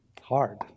Hard